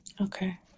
Okay